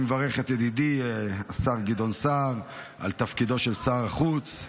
אני מברך את ידידי השר גדעון סער על תפקיד שר החוץ.